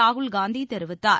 ராகுல் காந்தி தெரிவித்தார்